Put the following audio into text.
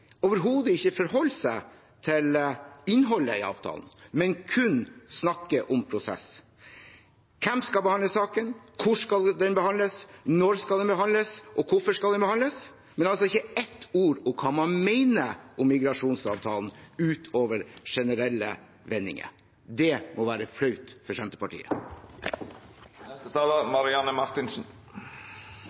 overhodet ikke forholder seg til innholdet i avtalen, men kun snakker om prosess – hvem skal behandle saken, hvor skal den behandles, når skal den behandles, og hvorfor skal den behandles? – ikke ett ord om hva man mener om migrasjonsavtalen utover generelle vendinger. Det må være flaut for Senterpartiet.